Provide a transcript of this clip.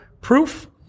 proof